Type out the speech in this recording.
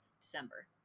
december